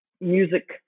music